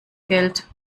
geld